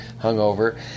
hungover